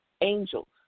Angels